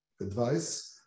advice